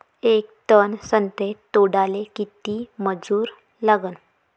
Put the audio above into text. येक टन संत्रे तोडाले किती मजूर लागन?